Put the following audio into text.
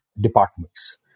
departments